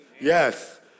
Yes